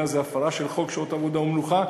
הזה הפרה של חוק שעות עבודה ומנוחה,